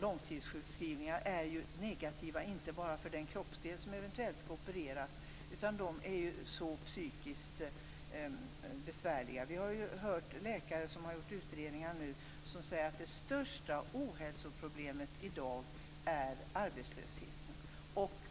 Långtidssjukskrivningar är ju inte bara negativa för den kroppsdel som eventuellt skall opereras, utan de är också psykiskt besvärliga. Vi har hört läkare som har gjort utredningar säga att det största ohälsoproblemet är arbetslösheten.